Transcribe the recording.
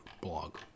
blog